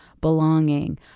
belonging